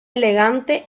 elegante